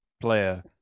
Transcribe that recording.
player